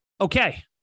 Okay